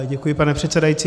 Děkuji, pane předsedající.